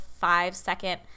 five-second